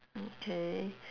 okay